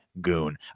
goon